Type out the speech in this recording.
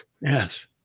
Yes